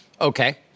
Okay